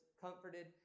comforted